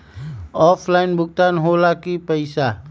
Offline भुगतान हो ला कि पईसा?